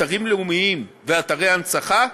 אתרים לאומיים ואתרי הנצחה,